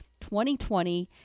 2020